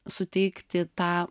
suteikti tą